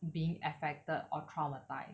being affected or traumatised